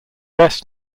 best